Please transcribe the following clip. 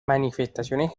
manifestaciones